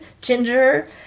ginger